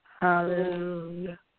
Hallelujah